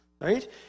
right